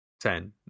Ten